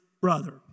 brother